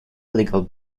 legal